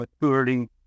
maturity